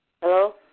Hello